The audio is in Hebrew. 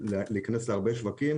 תמשיכו את ההקראה.